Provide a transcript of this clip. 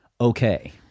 okay